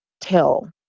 tell